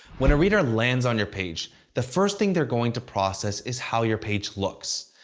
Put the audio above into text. when a reader lands on your page the first thing they're going to process is how your page looks.